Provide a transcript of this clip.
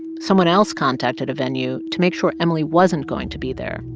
someone else contacted a venue to make sure emily wasn't going to be there.